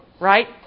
right